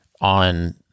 on